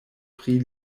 pri